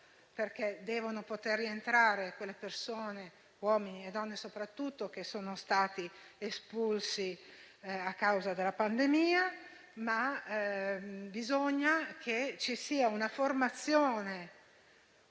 perché devono poter rientrare quelle persone - le donne soprattutto - che sono state espulse a causa della pandemia; ma bisogna che ci sia anche una formazione